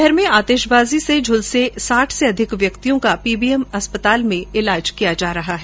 शहर में आतिशबाजी से झूलसे साठ से अधिक व्यक्तियों का पीबीएम अस्पताल में इलाज चल रहा है